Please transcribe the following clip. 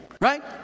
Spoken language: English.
right